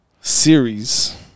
Series